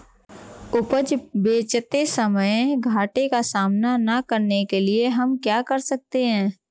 उपज बेचते समय घाटे का सामना न करने के लिए हम क्या कर सकते हैं?